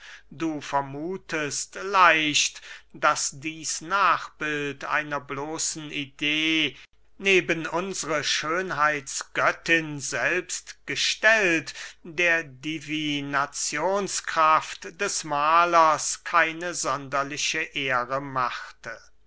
du vermuthest leicht daß dieß nachbild einer bloßen idee neben unsre schönheitsgöttin selbst gestellt der divinazionskraft des mahlers keine sonderliche ehre machte